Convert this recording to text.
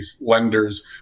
lenders